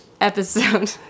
episode